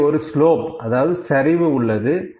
அங்கே ஒரு ஸ்லோப் சரிவு உள்ளது